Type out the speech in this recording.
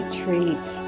treat